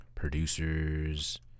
Producers